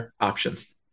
options